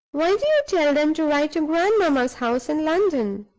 why do you tell them to write to grandmamma's house in london?